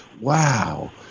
Wow